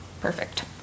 perfect